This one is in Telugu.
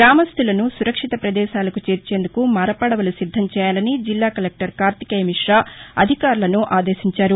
గ్రామస్థలను సురక్షిత పదేశాలకు చేర్చేందుకు మర పడవలు సిద్దం చేయాలని జిల్లా కలెక్టర్ కార్తికేయ మిశా అధికారులను ఆదేశించారు